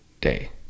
day